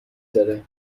داره